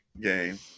game